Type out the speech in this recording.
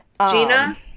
Gina